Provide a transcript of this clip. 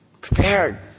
Prepared